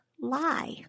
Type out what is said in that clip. lie